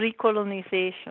recolonization